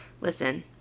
Listen